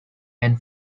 and